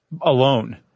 alone